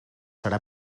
serà